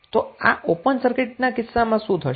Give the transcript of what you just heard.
તો આ ઓપન સર્કિટના કિસ્સામાં શું થશે